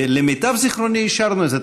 ולמיטב זכרוני אישרנו את זה,